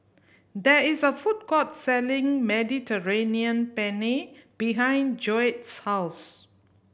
there is a food court selling Mediterranean Penne behind Joette's house